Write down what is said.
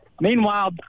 Meanwhile